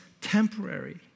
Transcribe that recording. temporary